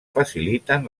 faciliten